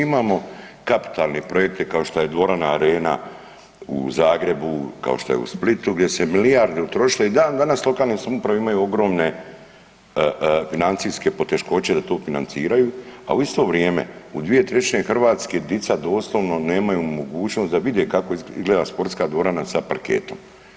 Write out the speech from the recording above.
Mi imamo kapitalne projekte kao što je dvorana Arena u Zagrebu, kao što je u Splitu gdje su se milijarde utrošile i dan danas lokalne samouprave imaju ogromne financijske poteškoće da to financiraju, a u isto vrijeme u 2/3 Hrvatske djeca doslovno nemaju mogućnost da vide kako izgleda sportska dvorana sa parketom.